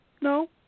No